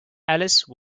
alice